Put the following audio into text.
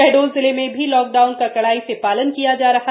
शहडोल जिले में भी लाकडाउन का कड़ाई से पालन किया जा रहा